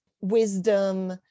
wisdom